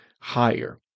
higher